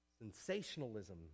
Sensationalism